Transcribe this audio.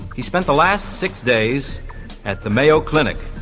he spent the last six days at the mayo clinic.